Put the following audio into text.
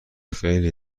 خیلی